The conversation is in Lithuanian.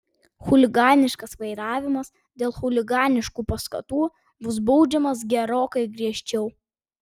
chuliganiškas vairavimas dėl chuliganiškų paskatų bus baudžiamas gerokai griežčiau